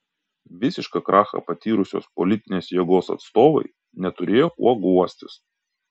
visišką krachą patyrusios politinės jėgos atstovai neturėjo kuo guostis